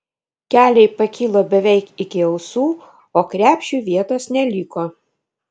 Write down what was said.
keliai pakilo beveik iki ausų o krepšiui vietos neliko